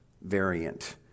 variant